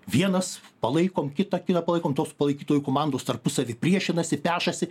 vienas palaikom kitą kitą palaikom tos palaikytojų komandos tarpusavy priešinasi pešasi